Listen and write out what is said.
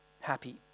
happy